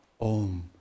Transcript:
Om